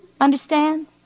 Understand